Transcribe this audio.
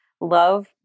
Love